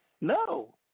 no